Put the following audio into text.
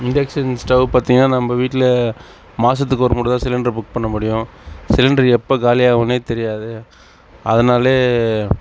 induction stove பார்த்தீங்கன்னா நம்ம வீட்டில் மாதத்துக்கு ஒரு முறை தான் சிலிண்டரை புக் பண்ண முடியும் சிலிண்டர் எப்போ காலி ஆகுனே தெரியாது அதனால்